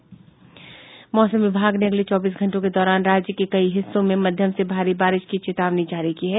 मौसम विभाग ने अगले चौबीस घंटों के दौरान राज्य के कई हिस्सों में मध्यम से भारी बारिश की चेतावनी जारी है